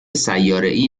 سیارهای